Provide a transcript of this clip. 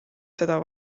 seda